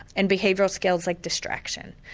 and behavioural skills like distraction.